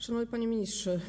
Szanowny Panie Ministrze!